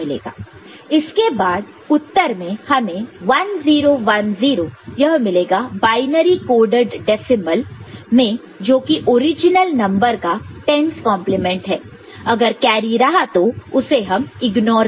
इसके बाद उत्तर में हमें 1 0 1 0 यह मिलेगा बायनरी कोडड डेसिमल में जोकि ओरिजिनल नंबर का 10's कंप्लीमेंट 10's complement है अगर कैरी रहा तो उसे हम इग्नोर करेंगे